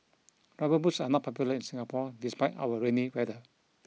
rubber boots are not popular in Singapore despite our rainy weather